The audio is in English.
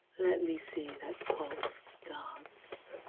let me see that pulse dance.